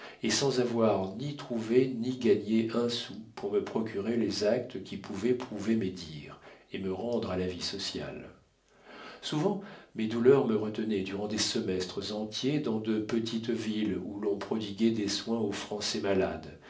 et sans avoir ni trouvé ni gagné un sou pour me procurer les actes qui pouvaient prouver mes dires et me rendre à la vie sociale souvent mes douleurs me retenaient durant des semestres entiers dans de petites villes où l'on prodiguait des soins au français malade